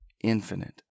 infinite